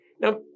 Now